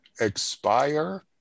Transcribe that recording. expire